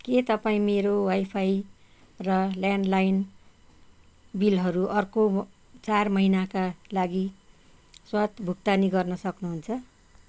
के तपाईँ मेरो वाइफाई र ल्यान्डलाइन बिलहरू अर्को चार महिनाका लागि स्वतः भुक्तानी गर्न सक्नुहुन्छ